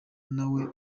nawe